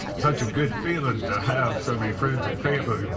such a good feeling to have so many friends and family